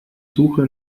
suche